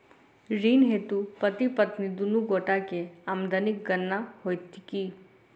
ऋण हेतु पति पत्नी दुनू गोटा केँ आमदनीक गणना होइत की?